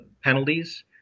penalties